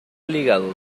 ligado